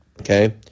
Okay